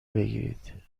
بگیرید